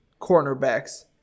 cornerbacks